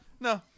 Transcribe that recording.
No